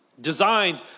Designed